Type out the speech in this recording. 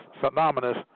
synonymous